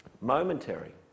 momentary